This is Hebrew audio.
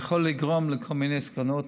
יכול לגרום לכל מיני סכנות,